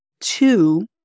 Two